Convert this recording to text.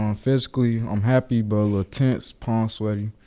um physically, i'm happy but a little tense, palms sweaty.